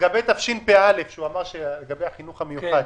לגבי תשפ"א בחינוך המיוחד,